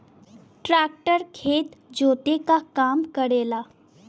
tractor खेत जोते क काम करेला